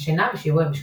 השינה ושיווי המשקל.